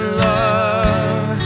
love